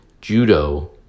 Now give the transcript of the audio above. Judo